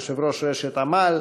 יושב-ראש רשת "עמל",